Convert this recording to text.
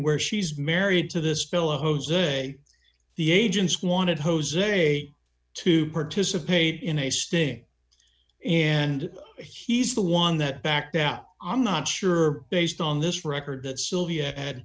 where she's married to this bill jose the agents wanted jose to participate in a sting and he's the one that backed out i'm not sure based on this record that sylvia had